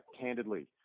candidly